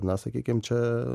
na sakykim čia